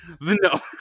No